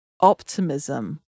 optimism